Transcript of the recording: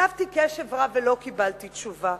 הקשבתי קשב רב ולא קיבלתי תשובה.